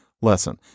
lesson